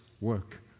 work